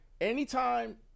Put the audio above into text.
Anytime